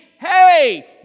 Hey